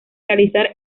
realizar